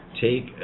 take